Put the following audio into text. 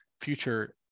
future